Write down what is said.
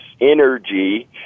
energy